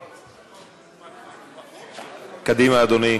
קדימה, אדוני.